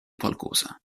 qualcosa